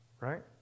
Right